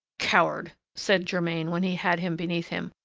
coward! said germain, when he had him beneath him,